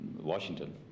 Washington